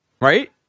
Right